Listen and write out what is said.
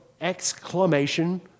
exclamation